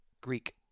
Greek